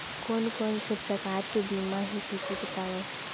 कोन कोन से प्रकार के बीमा हे सूची बतावव?